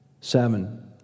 Seven